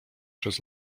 przez